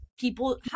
people